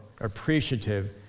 appreciative